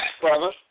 brother